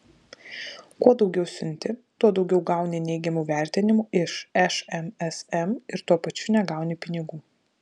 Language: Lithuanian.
kuo daugiau siunti tuo daugiau gauni neigiamų vertinimų iš šmsm ir tuo pačiu negauni pinigų